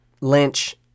Lynch